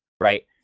Right